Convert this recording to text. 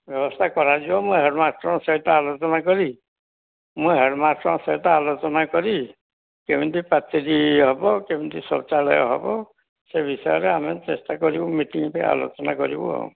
ବ୍ୟବସ୍ଥା କରାଯିବ ମୁଁ ହେଡ଼୍ ମାଷ୍ଟର୍ଙ୍କ ସହିତ ଆଲୋଚନା କରି ମୁଁ ହେଡ଼୍ ମାଷ୍ଟର୍ଙ୍କ ସହିତ ଆଲୋଚନା କରି କେମିତି ପାଚେରୀ ହେବ କେମିତି ଶୌଚାଳୟ ହେବ ସେ ବିଷୟରେ ଆମେ ଚେଷ୍ଟା କରିବୁ ମିଟିଂରେ ଆଲୋଚନା କରିବୁ ଆଉ